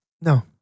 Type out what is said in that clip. No